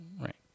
right